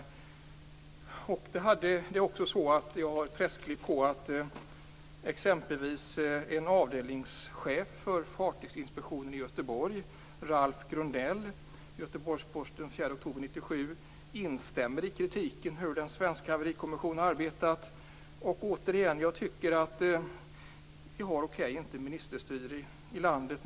Jag har också ett pressklipp från Göteborgs-Posten den 4 oktober 1997 som visar att exempelvis en avdelningschef för fartygsinspektionen i Göteborg, Ralph Grundell, instämmer i kritiken mot hur den svenska haverikommissionen har arbetat. Okej - vi har inte ministerstyre i landet.